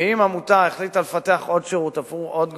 ואם עמותה החליטה לפתח עוד שירות עבור עוד גורם,